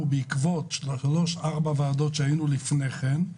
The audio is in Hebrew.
בעקבות שלוש-ארבע ועדות שפעלו לפני כן.